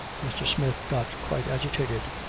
mr. smith got quite agitated,